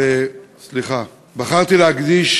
אבל בחרתי להקדיש